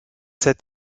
cet